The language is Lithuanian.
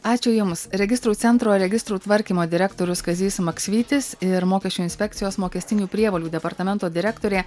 ačiū jums registrų centro registrų tvarkymo direktorius kazys maksvytis ir mokesčių inspekcijos mokestinių prievolių departamento direktorė